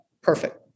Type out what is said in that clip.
perfect